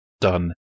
done